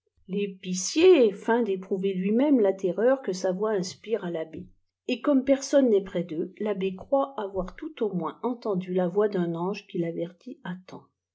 l'épicier feint d'éprouver lui-même la terreur que sa voix inspire â l'abbé et comme personne n'est près d'eux l'abbé croit avoir tojut au moins entendu la voix d'un ange qui l'avertit